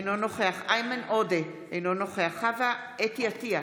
אינו נוכח איימן עודה, אינו נוכח חוה אתי עטייה,